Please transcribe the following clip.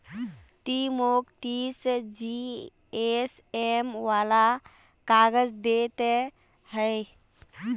ती मौक तीस जीएसएम वाला काग़ज़ दे ते हैय्